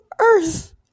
earth